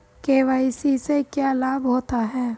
KYC से क्या लाभ होता है?